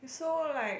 you're so like